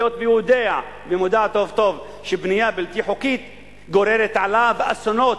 היות שהוא יודע ומודע טוב טוב לכך שבנייה בלתי חוקית גוררת עליו אסונות,